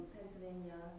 Pennsylvania